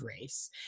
race